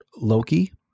Loki